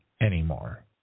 anymore